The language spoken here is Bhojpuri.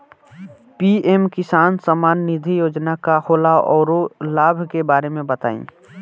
पी.एम किसान सम्मान निधि योजना का होला औरो लाभ के बारे में बताई?